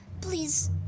Please